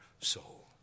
soul